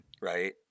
Right